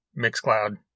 Mixcloud